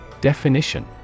Definition